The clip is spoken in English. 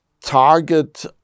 target